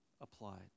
applied